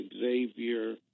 Xavier